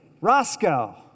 Roscoe